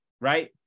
right